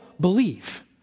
believe